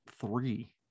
three